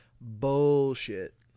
bullshit